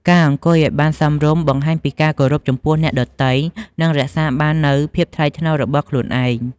ការអង្គុយឲ្យសមរម្យបង្ហាញពីការគោរពចំពោះអ្នកដទៃ និងរក្សាបាននូវភាពថ្លៃថ្នូររបស់ខ្លួនឯង។